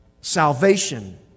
Salvation